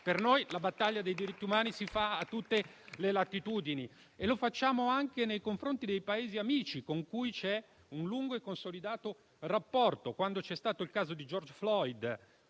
Per noi la battaglia dei diritti umani si fa a tutte le latitudini e la facciamo anche nei confronti dei Paesi amici, con cui c'è un lungo e consolidato rapporto. Quando c'è stato il caso di George Floyd,